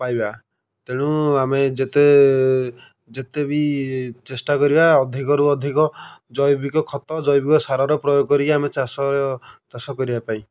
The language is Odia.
ପାଇବା ତେଣୁ ଆମେ ଯେତେ ଯେତେ ବି ଚେଷ୍ଟା କରିବା ଅଧିକରୁ ଅଧିକ ଜୈବିକ ଖତ ଜୈବିକ ସାରର ପ୍ରୟୋଗ କରିକି ଆମେ ଚାଷର ଚାଷ କରିବା ପାଇଁ